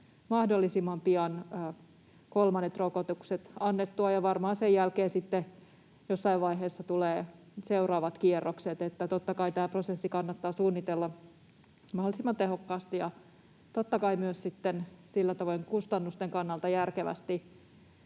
mahdollisimman pian kolmannet rokotukset annettua, ja varmaan sen jälkeen sitten jossain vaiheessa tulevat seuraavat kierrokset. Totta kai tämä prosessi kannattaa suunnitella mahdollisimman tehokkaasti ja totta kai myös sitten sillä tavoin kustannusten kannalta järkevästi.